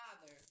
father